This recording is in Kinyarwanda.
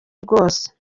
rwose